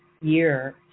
year